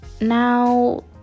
Now